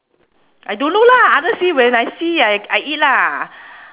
I don't know lah other see when I see I I eat lah